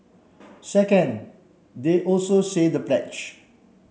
second they also say the pledge